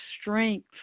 strength